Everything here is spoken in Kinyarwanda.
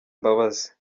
mbabazi